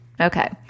Okay